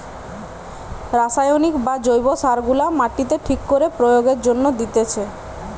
রাসায়নিক বা জৈব সার গুলা মাটিতে ঠিক করে প্রয়োগের জন্যে দিতেছে